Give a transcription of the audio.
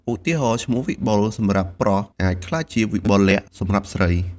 ឧទាហរណ៍ ឈ្មោះ "វិបុល" សម្រាប់ ប្រុស អាចក្លាយជា "វិបុលលក្ខណ៍" សម្រាប់ស្រី។